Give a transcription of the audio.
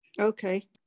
Okay